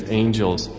angels